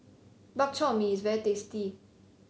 Bak Chor Mee is very tasty